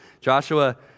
Joshua